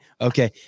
Okay